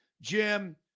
Jim